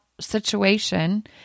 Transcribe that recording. situation